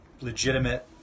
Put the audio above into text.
legitimate